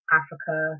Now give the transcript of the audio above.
africa